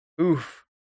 Oof